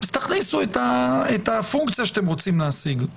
תכניסו את הפונקציה שאתם רוצים להשיג,